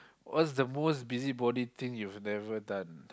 what's the most busybody thing you've never done